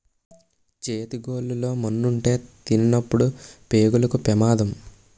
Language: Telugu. చేతి గోళ్లు లో మన్నుంటే తినినప్పుడు పేగులకు పెమాదం